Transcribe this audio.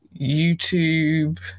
YouTube